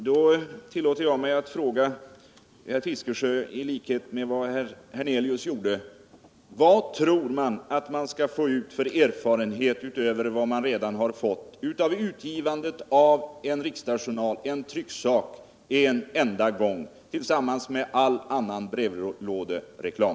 Herr talman! I likhet med vad herr Hernelius gjorde tidigare tillåter jag mig att ställa följande fråga till herr Fiskesjö: Vilken erfarenhet tror man sig få utöver den man redan har genom att ge ut en riksdagsjournal en enda gång tillsammans med all annan brevlådereklam?